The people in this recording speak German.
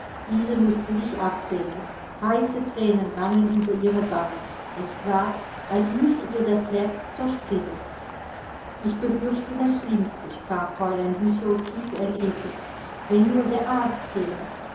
mußte sich abwenden heiße thränen rannen über ihre wangen es war als müsse ihr das herz zerspringen ich befürchte das schlimmste sprach fräulein güssow tief ergriffen wenn nur der arzt käme